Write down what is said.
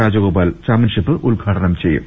Rajagopal championship ഉദ്ഘാടനം ചെയ്യും